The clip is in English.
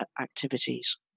activities